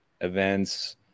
events